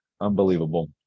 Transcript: Unbelievable